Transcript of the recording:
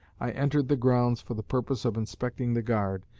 i entered the grounds for the purpose of inspecting the guard,